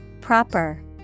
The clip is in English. Proper